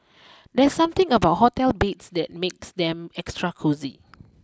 there's something about hotel beds that makes them extra cosy